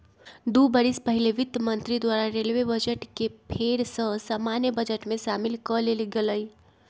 दू बरिस पहिले वित्त मंत्री द्वारा रेलवे बजट के फेर सँ सामान्य बजट में सामिल क लेल गेलइ